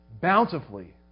bountifully